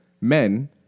men